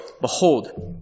behold